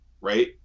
right